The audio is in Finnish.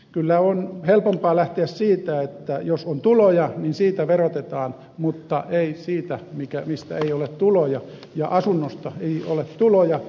kyllä on helpompaa lähteä siitä että jos on tuloja niin siitä verotetaan mutta ei siitä mistä ei ole tuloja ja asunnosta ei ole tuloja